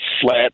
flat